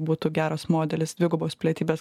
būtų geras modelis dvigubos pilietybės